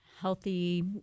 healthy